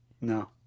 No